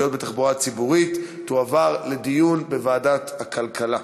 בתחבורה הציבורית תועבר לדיון בוועדת הכלכלה.